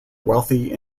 wealthy